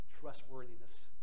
trustworthiness